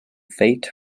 fate